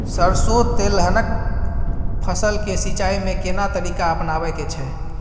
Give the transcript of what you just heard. सरसो तेलहनक फसल के सिंचाई में केना तरीका अपनाबे के छै?